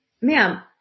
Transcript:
ma'am